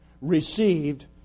received